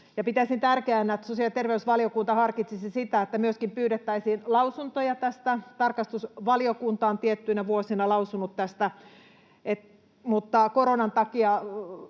pitäisin tärkeänä, että sosiaali- ja terveysvaliokunta harkitsisi sitä, että myöskin pyydettäisiin lausuntoja tästä. Tarkastusvaliokunta on tiettyinä vuosina lausunut tästä, mutta koronan takia